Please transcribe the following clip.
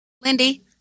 lindy